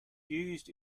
used